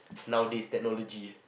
nowadays technology